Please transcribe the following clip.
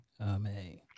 amen